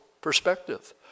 perspective